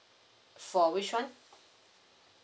for which one